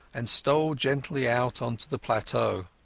and stole gently out on to the plateau.